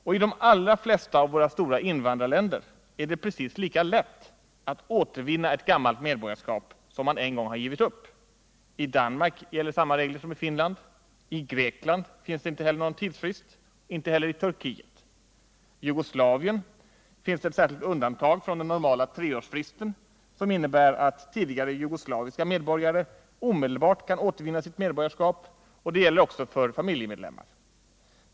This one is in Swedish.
Och i de allra Nesta av våra stora invandrarländer är det precis lika lätt att återvinna ett gammalt medborgarskap som man en gång har givit upp. I Danmark gäller samma regler som i Finland. I Grekland finns det inte heller någon tidsfrist, inte heller i Turkiet. I Jugoslavien finns ett särskilt undantag från den normala treårsfristen som innebär att tidigare jugoslaviska medborgare omedelbart kan återvinna sitt medborgarskap, och det gäller också för deras familjemedlemmar.